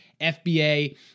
FBA